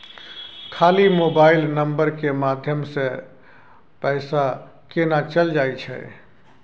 खाली mobile number के माध्यम से पैसा केना चल जायछै?